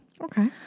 Okay